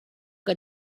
que